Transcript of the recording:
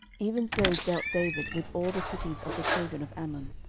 even so dealt david with all the cities of the children of ammon.